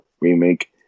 remake